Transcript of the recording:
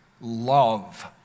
love